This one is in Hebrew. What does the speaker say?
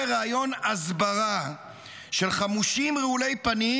ריאיון הסברה של חמושים רעולי פנים,